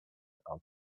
alchemy